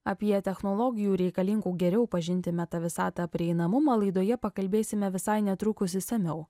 apie technologijų reikalingų geriau pažinti meta visatą prieinamumą laidoje pakalbėsime visai netrukus išsamiau